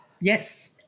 Yes